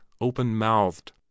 open-mouthed